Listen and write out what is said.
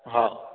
हा